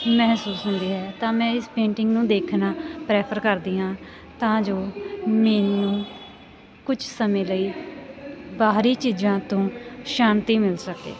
ਮਹਿਸੂਸ ਹੁੰਦੀ ਤਾਂ ਮੈਂ ਇਸ ਪੇਂਟਿੰਗ ਨੂੰ ਦੇਖਣਾ ਪ੍ਰੈਫਰ ਕਰਦੀ ਹਾਂ ਤਾਂ ਜੋ ਮੈਨੂੰ ਕੁਝ ਸਮੇਂ ਲਈ ਬਾਹਰੀ ਚੀਜ਼ਾਂ ਤੋਂ ਸ਼ਾਂਤੀ ਮਿਲ ਸਕੇ